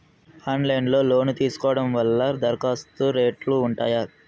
Online లో loan తీసుకోవడం వల్ల దరఖాస్తు రేట్లు ఉంటాయా?